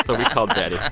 ah we called betty